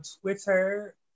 Twitter